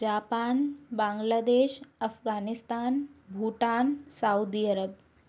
Japan Bangladesh Afghanistan Bhutan Saudi Arab